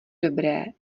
dobré